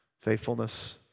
faithfulness